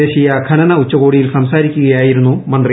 ദേശീയ ഖനന ഉച്ചകോടിയിൽ സംസാരിക്കുകയായിരുന്നു മന്ത്രി